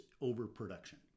overproduction